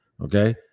Okay